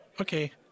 Okay